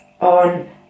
on